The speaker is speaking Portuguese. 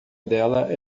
dela